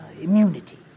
Immunity